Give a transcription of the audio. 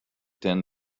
ten